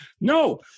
No